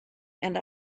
and